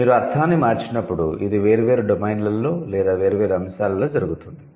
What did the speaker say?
మీరు అర్థాన్ని మార్చినప్పుడు ఇది వేర్వేరు డొమైన్లలో లేదా వేర్వేరు అంశాలలో జరుగుతుంది